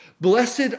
Blessed